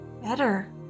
better